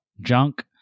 junk